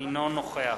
אינו נוכח